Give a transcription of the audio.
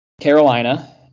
Carolina –